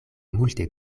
multe